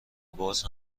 باز